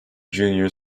junior